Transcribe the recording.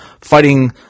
fighting